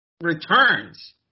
returns